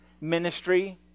ministry